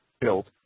built